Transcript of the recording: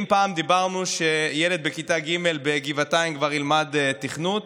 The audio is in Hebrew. אם פעם דיברנו שילד בכיתה ג' בגבעתיים כבר ילמד תכנות,